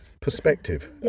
perspective